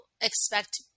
expect